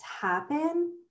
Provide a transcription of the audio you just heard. happen